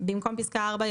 במקום פסקה (4),